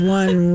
one